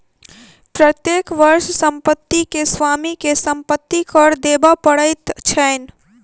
प्रत्येक वर्ष संपत्ति के स्वामी के संपत्ति कर देबअ पड़ैत छैन